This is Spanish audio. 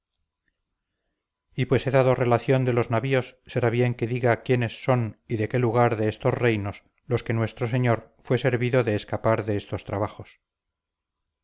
y pues he dado relación de los navíos será bien que diga quién son y de qué lugar de estos reinos los que nuestro señor fue servido de escapar de estos trabajos